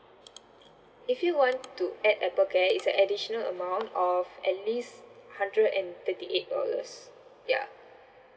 if you want to add Apple care it's a additional amount of at least hundred and thirty eight dollars ya